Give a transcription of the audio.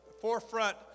forefront